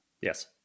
Yes